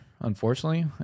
Unfortunately